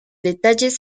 detalles